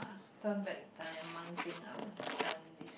turn back time one thing I would have done if